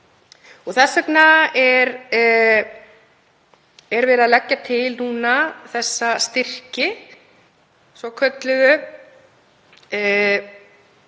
Þess vegna er verið að leggja til núna þessa styrki svokölluðu,